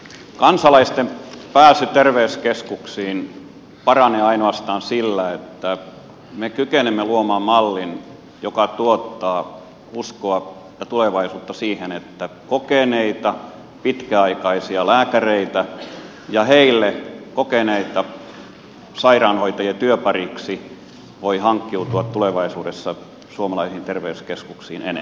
kansalaisten pääsy terveyskeskuksiin paranee ainoastaan sillä että me kykenemme luomaan mallin joka tuottaa uskoa ja tulevaisuutta siihen että kokeneita pitkäaikaisia lääkäreitä ja heille kokeneita sairaanhoitajia työpariksi voi hankkiutua tulevaisuudessa suomalaisiin terveyskeskuksiin enemmän